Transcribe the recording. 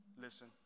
Listen